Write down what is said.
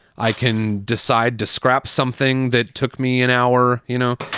i can decide to scrap something that took me an hour, you know,